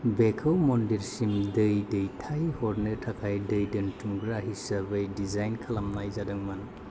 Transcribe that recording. बेखौ मन्दिरसिम दै दैथायहरनो थाखाय दै दोन्थुमग्रा हिसाबै दिजाइन खालामनाय जादोंमोन